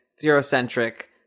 zero-centric